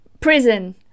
prison